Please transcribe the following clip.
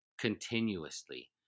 continuously